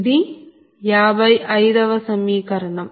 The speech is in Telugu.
ఇది 55 వ సమీకరణం